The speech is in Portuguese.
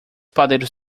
padeiros